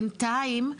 בינתיים,